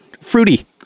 fruity